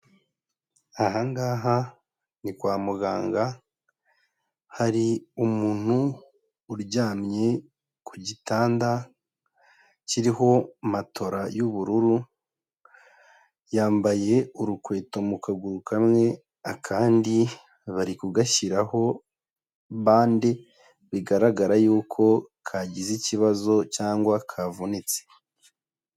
Aha ngaha ni kwa muganga, hari umuntu uryamye ku gitanda kiriho matora y'ubururu, yambaye urukweto mu kaguru kamwe akandi bari kugashyiraho bande, bigaragara y'uko kagize ikibazo cyangwa kavunitse.